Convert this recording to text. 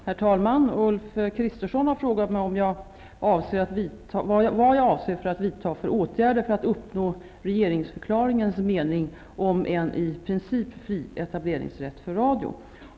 Herr talman! Ulf Kristersson har frågat mig om vad jag avser att vidta för åtgärder för att uppnå regeringsförklaringens mening om en i princip fri etableringsrätt för radio.